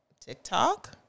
TikTok